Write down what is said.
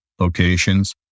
Locations